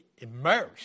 immersed